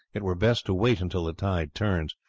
it were best to wait until the tide turns.